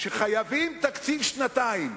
שחייבים תקציב לשנתיים.